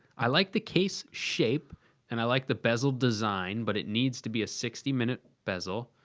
i like the case shape and i like the bezel design but it needs to be a sixty minute bezel,